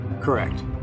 Correct